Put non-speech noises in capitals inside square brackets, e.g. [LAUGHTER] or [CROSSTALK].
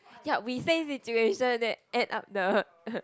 ya we same situation eh end up the [LAUGHS]